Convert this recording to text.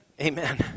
Amen